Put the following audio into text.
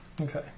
Okay